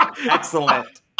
Excellent